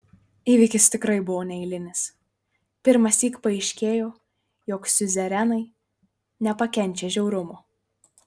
įvykis tikrai buvo neeilinis pirmąsyk paaiškėjo jog siuzerenai nepakenčia žiaurumo